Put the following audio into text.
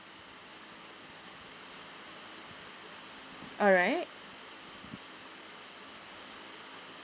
alright